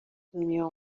دنیا